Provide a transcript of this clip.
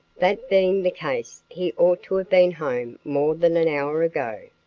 that being the case, he ought to have been home more than an hour ago.